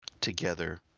together